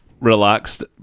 relaxed